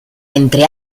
entre